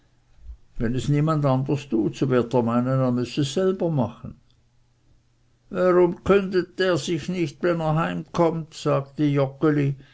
wenn es niemand anders tut so wird er meinen er müß es selber machen warum kündet der sich nicht wenn er heimkommt sagte